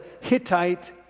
Hittite